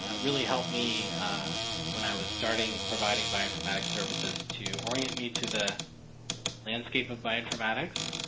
really helped me when i was starting providing bioinformatics services to orient me to the landscape of bioinformatics.